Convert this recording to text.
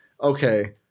okay